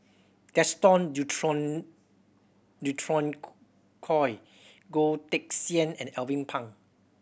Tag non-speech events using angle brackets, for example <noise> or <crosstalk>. Gaston <unintelligible> Dutronquoy Goh Teck Sian and Alvin Pang